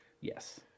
yes